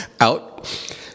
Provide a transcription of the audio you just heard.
out